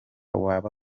waba